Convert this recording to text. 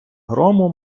грому